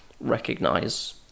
recognize